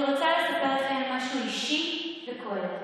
אני רוצה לספר לכם משהו אישי וכואב.